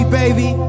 baby